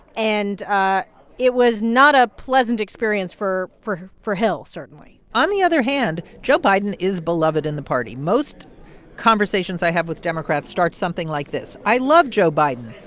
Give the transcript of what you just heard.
and ah it was not a pleasant experience for for hill, certainly on the other hand, joe biden is beloved in the party. most conversations i have with democrats start something like this. i love joe biden,